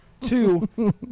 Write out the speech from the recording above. Two